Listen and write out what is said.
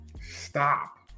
Stop